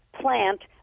plant